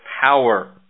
power